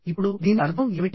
ఇప్పుడు దీని అర్థం ఏమిటి